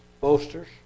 boasters